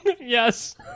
yes